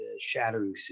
shattering